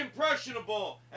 impressionable